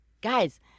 guys